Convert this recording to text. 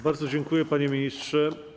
Bardzo dziękuję, panie ministrze.